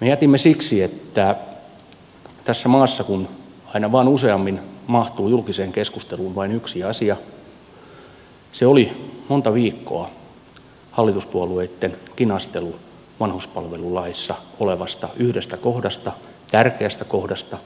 me jätimme sen siksi että kun tässä maassa aina vain useammin mahtuu julkiseen keskusteluun vain yksi asia ja se monta viikkoa oli hallituspuolueitten kinastelu vanhuspalvelulaissa olevasta yhdestä kohdasta tärkeästä kohdasta